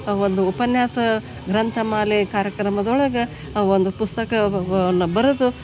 ಒಂದು ಉಪನ್ಯಾಸ ಗ್ರಂಥಮಾಲೆ ಕಾರ್ಯಕ್ರಮದೊಳಗೆ ಆ ಒಂದು ಪುಸ್ತಕವನ್ನು ಬರೆದು